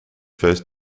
first